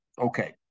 Okay